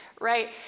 right